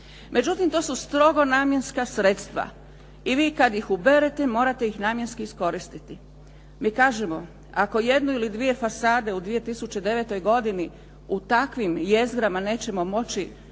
Međutim, to su strogo namjenska sredstva i vi kada ih uberete, morate ih namjenski iskoristiti. Mi kažemo, ako jednu ili dvije fasade u 2009. godini u takvim jezgrama nećemo moći